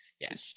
Yes